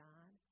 God